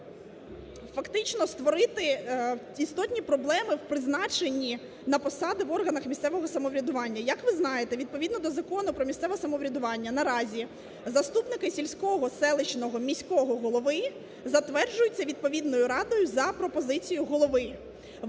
фактично створити істотні проблеми в призначенні на посади в органах місцевого самоврядування. Як ви знаєте, відповідно до Закону про місцеве самоврядування наразі заступники сільського, селищного, міського голови затверджуються відповідною радою за пропозицією голови.